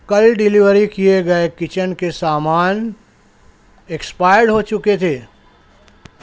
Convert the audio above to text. کل ڈلیوری کیے گئے کچن کے سامان ایکسپائر ہو چکے تھے